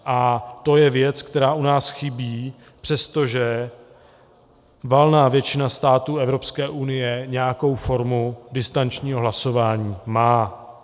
A to je věc, která u nás chybí, přestože valná většina států Evropské unie nějakou formu distančního hlasování má.